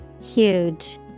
Huge